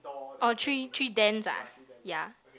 oh three three dents ah ya